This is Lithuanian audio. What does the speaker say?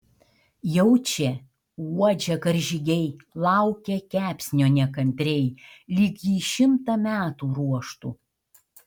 jaučia uodžia karžygiai laukia kepsnio nekantriai lyg jį šimtą metų ruoštų